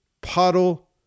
puddle